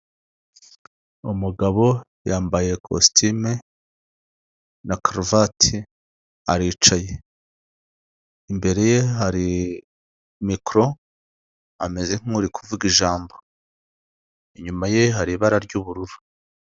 Umugabo yambaye kositime na karuvati aricaye. Imbere ye hari mikoro, ameze nk'uri kuvuga ijambo, inyuma ye hari ibara ry'ubururu.